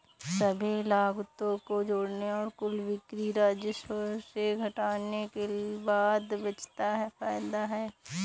सभी लागतों को जोड़ने और कुल बिक्री राजस्व से घटाने के बाद बचता है फायदा है